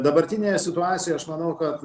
dabartinėje situacijoje aš manau kad